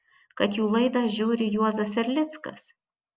kad jų laidą žiūri juozas erlickas